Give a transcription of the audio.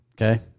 Okay